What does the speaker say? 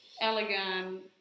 Elegant